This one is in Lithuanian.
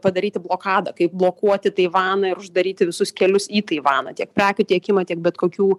padaryti blokadą kaip blokuoti taivaną ir uždaryti visus kelius į taivaną tiek prekių tiekimą tiek bet kokių